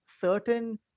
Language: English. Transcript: certain